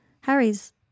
Harry's